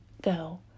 go